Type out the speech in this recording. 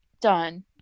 done